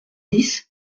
dix